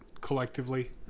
collectively